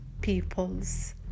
people's